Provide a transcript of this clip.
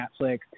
Netflix